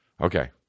Okay